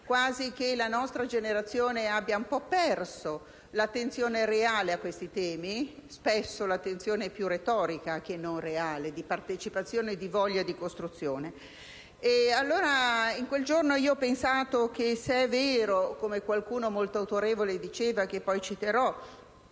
quasi che la nostra generazione abbia un po' perso l'attenzione reale a questi temi, spesso l'attenzione è più retorica che non reale ai fini della partecipazione e della voglia di costruzione. Quel giorno ho pensato che se è vero, come diceva qualcuno molto autorevole che poi citerò,